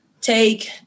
take